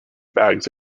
bags